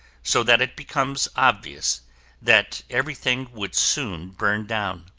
so that it becomes obvious that everything would soon burn down.